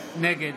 נגד